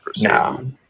No